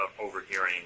overhearing